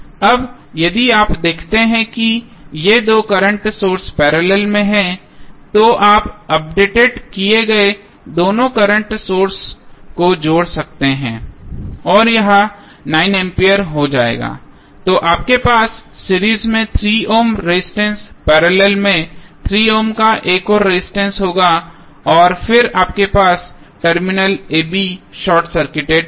अब यदि आप देखते हैं कि ये दो करंट सोर्स पैरेलल में हैं तो आप अपडेट किए गए दोनों करंट सोर्स को जोड़ सकते हैं और यह 9 एम्पीयर हो जाएगा तो आपके पास सीरीज में 3 ओम रेजिस्टेंस पैरेलल में 3 ओम का एक और रेजिस्टेंस होगा और फिर आपके पास terminal a b short circuited होगा